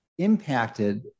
Impacted